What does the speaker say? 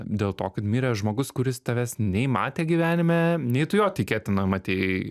dėl to kad miręs žmogus kuris tavęs nei matė gyvenime nei tu jo tikėtina matei